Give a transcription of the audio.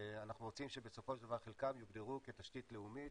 אנחנו רוצים שבסופו של דבר חלקם גם יוגדרו כתשתית לאומית,